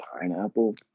pineapple